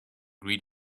greet